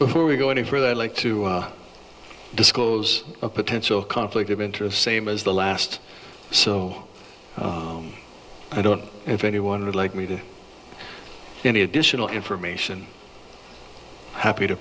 before we go any further i'd like to disclose a potential conflict of interest same as the last so i don't know if anyone would like me to any additional information happy to